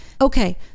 Okay